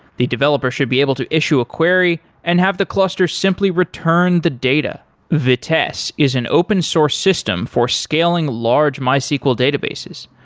the developer should be able to issue a query and have the cluster simply return the data vitess is an open source system for scaling large mysql databases.